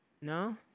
No